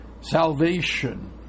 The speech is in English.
Salvation